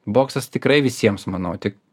boksas tikrai visiems manau tik